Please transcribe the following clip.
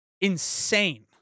insane